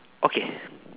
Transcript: okay